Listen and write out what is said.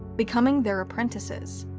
becoming their apprentices.